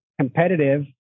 competitive